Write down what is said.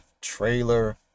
trailer